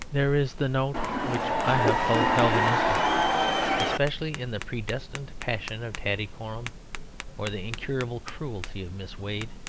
there is the note which i have called calvinistic especially in the predestined passion of tattycoram or the incurable cruelty of miss wade.